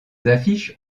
affiches